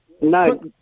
No